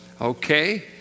okay